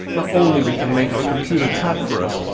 not only we can make our computer type for us,